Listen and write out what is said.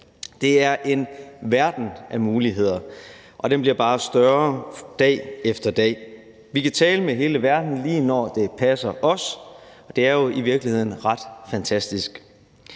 Det er en verden af muligheder, og den bliver bare større dag efter dag. Vi kan tale med hele verden, lige når det passer os, og det er jo i virkeligheden ret fantastisk.